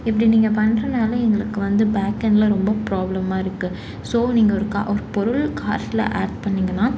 இப்படி நீங்கள் பண்றதுனால எங்களுக்கு வந்து பேக்எண்டில் ரொம்ப ப்ராப்ளமாக இருக்குது ஸோ நீங்கள் ஒரு கா ஒரு பொருள் கார்ட்டில் ஆட் பண்ணிங்கன்னால்